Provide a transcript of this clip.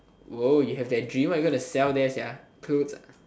!wow! you have that dream what you gonna sell there sia clothes